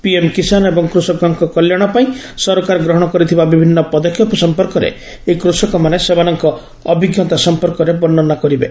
PM Kisan ଏବଂ କୃଷକଙ୍କ କଲ୍ୟାଣ ପାଇଁ ସରକାର ଗ୍ରହଶ କରିଥିବା ବିଭିନ୍ ପଦକ୍ଷେପ ସମ୍ପର୍କରେ ଏହି କୃଷକମାନେ ସେମାନଙ୍କ ଅଭିଙ୍କତା ସମ୍ମର୍କରେ ବର୍ଷ୍ଡନା କରିବେ